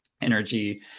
energy